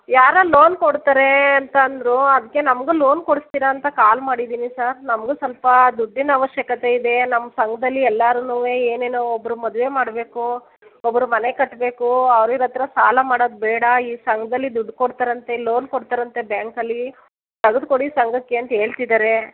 ಯಾರೋ ಲೋನ್ ಕೊಡ್ತಾರೆ ಅಂತಂದರು ಅದಕ್ಕೆ ನಮಗೂ ಲೋನ್ ಕೊಡಿಸ್ತೀರಾ ಅಂತ ಕಾಲ್ ಮಾಡಿದ್ದೀನಿ ಸರ್ ನಮಗೂ ಸ್ವಲ್ಪ ದುಡ್ಡಿನ ಆವಶ್ಯಕತೆ ಇದೆ ನಮ್ಮ ಸಂಘದಲ್ಲಿ ಎಲ್ಲಾರೂನು ಏನೇನೋ ಒಬ್ಬರು ಮದುವೆ ಮಾಡಬೇಕು ಒಬ್ಬರು ಮನೆ ಕಟ್ಟಬೇಕು ಅವ್ರ ಇವ್ರ ಹತ್ರ ಸಾಲ ಮಾಡೋದು ಬೇಡ ಈ ಸಂಘ್ದಲ್ಲಿ ದುಡ್ಡು ಕೊಡ್ತಾರಂತೆ ಲೋನ್ ಕೊಡ್ತಾರಂತೆ ಬ್ಯಾಂಕಲ್ಲಿ ತೆಗ್ದ್ ಕೊಡಿ ಸಂಘಕ್ಕೆ ಅಂತ ಹೇಳ್ತಿದಾರೆ